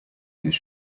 his